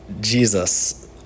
Jesus